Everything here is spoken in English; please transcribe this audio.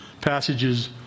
passages